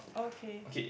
okay